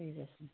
ঠিক আছে